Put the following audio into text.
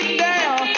down